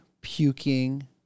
puking